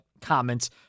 comments